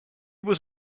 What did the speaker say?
was